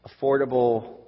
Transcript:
affordable